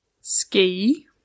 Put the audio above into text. Ski